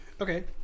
Okay